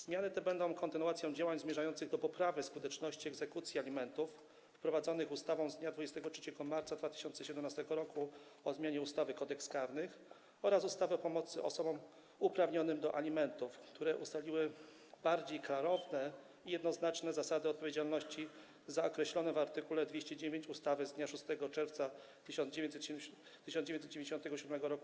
Zmiany te będą kontynuacją działań zmierzających do poprawy skuteczności egzekucji alimentów, wprowadzonych ustawą z dnia 23 marca 2017 r. o zmianie ustawy Kodeks karny oraz ustawy o pomocy osobom uprawnionym do alimentów, która ustaliła bardziej klarowne i jednoznaczne zasady odpowiedzialności za określone w art. 209 ustawy z dnia 6 czerwca 1997 r.